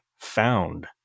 found